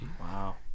Wow